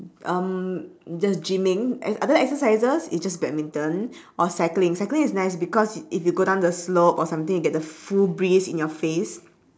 um just gymming exe~ other exercises is just badminton or cycling cycling is nice because if you go down the slope or something you get the full breeze in your face